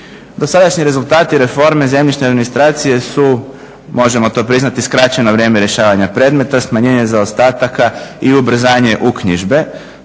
Dosadašnji rezultati reforme zemljišne administracije su možemo to priznati skraćeno vrijeme rješavanja predmeta, smanjenje zaostataka i ubrzanje uknjižbe